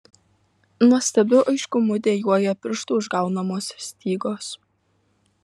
nuostabiu aiškumu dejuoja pirštų užgaunamos stygos